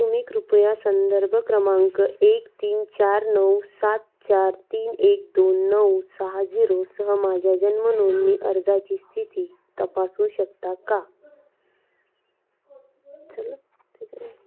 तुम्ही कृपया संदर्भ क्रमांक एक तीन चार नऊ सात चार तीन एक दोन नऊ सहा झिरोसह माझ्या जन्म नोंदणी अर्जाची स्थिती तपासू शकता का झालं त्याच्या